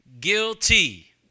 Guilty